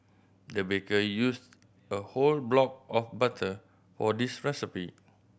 the baker used a whole block of butter for this recipe